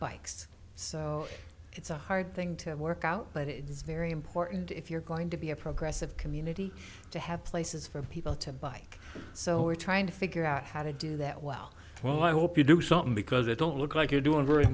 bikes so it's a hard thing to work out but it's very important if you're going to be a progressive community to have places for people to bike so we're trying to figure out how to do that well well i hope you do something because it don't look like you're doing very